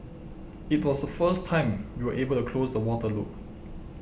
it was the first time we were able to close the water loop